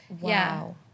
Wow